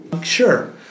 Sure